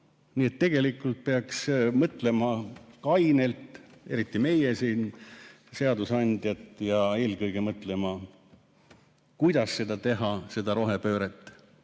Nii et tegelikult peaks mõtlema kainelt, eriti meie siin, seadusandjad, ja eelkõige peaks mõtlema, kuidas seda rohepööret teha.